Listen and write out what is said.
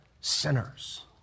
sinners